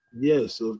Yes